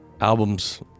albums